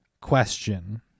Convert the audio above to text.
question